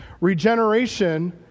Regeneration